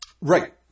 Right